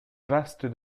vaste